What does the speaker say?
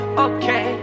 okay